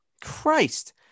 Christ